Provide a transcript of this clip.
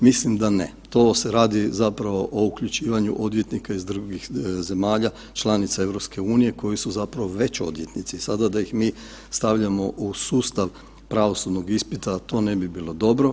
Mislim da ne, to se radi zapravo o uključivanju odvjetnika iz drugih zemalja članica EU koji su već odvjetnici i sada da ih mi stavljamo u sustav pravosudnog ispita to ne bi bilo dobro.